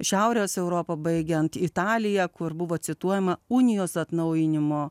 šiaurės europa baigiant italija kur buvo cituojama unijos atnaujinimo